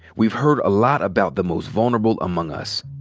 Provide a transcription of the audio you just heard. we've heard a lot about the most vulnerable among us.